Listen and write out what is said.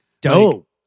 dope